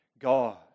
God